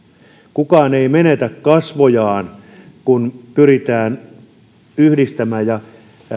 kukaan ei menetä kasvojaan kun pyritään yhdistämään ja